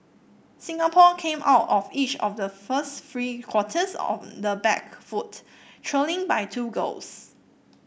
Singapore came out of each of the first three quarters on the back foot trailing by two goals